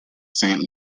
saint